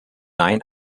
nein